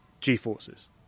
G-forces